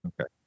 Okay